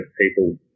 people